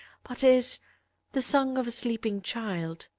but is the song of a sleeping child.